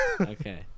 Okay